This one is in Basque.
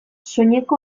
soineko